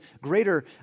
greater